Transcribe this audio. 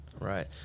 Right